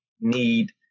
need